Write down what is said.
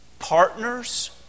partners